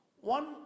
One